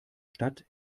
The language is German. stadt